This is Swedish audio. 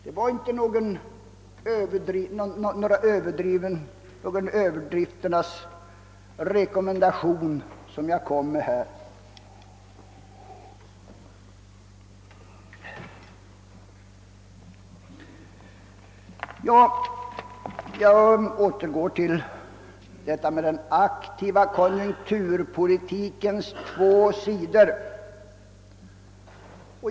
Det var inte någon överdrifternas rekommendation som jag kom med. Jag återgår så till den aktiva konjunkturpolitikens två sidor.